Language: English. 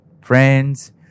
Friends